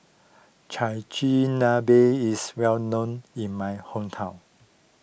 Chigenabe is well known in my hometown